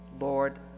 lord